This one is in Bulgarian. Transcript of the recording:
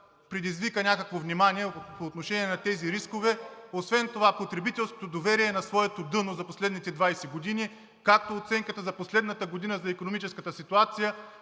предизвика някакво внимание по отношение на тези рискове. Освен това потребителското доверие е на своето дъно за последните 20 години, както оценката за последната година за икономическата ситуация,